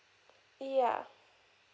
ya